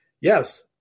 Yes